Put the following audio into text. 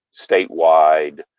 statewide